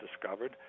discovered